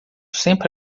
sempre